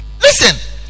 Listen